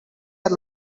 are